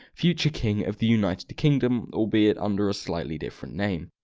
future king of the united kingdom, albeit under a slightly different name.